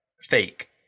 fake